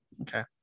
okay